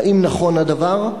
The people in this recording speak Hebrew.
האם נכון הדבר?